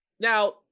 now